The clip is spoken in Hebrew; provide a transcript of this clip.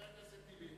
חבר הכנסת טיבי,